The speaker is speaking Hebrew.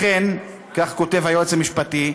אכן, כך כותב היועץ המשפטי,